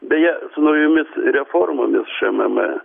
beje su naujomis reformomis šmm